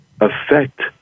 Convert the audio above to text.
affect